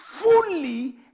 Fully